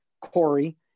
Corey